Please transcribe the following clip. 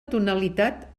tonalitat